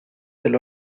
del